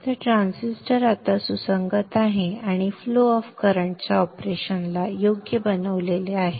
तर ट्रान्झिस्टर आता सुसंगत आहे आणि फ्लो ऑफ करंट च्या ऑपरेशनला योग्य बनवले आहे